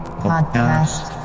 podcast